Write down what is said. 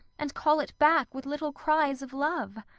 and call it back with little cries of love.